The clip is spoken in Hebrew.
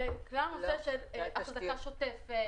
בכלל הנושא של אחזקה שוטפת.